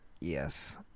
Yes